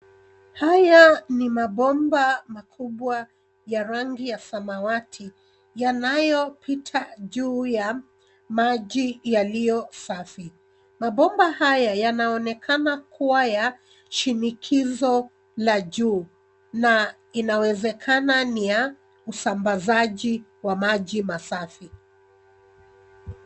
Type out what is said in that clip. Haya ni mabomba makubwa ya rangi ya samawati yanayo pita juu ya maji yaliyo safi. Mabomba haya yanaonekana kua ya shinikizo la juu na inawezekana ni ya usambazaji wa maji masafi.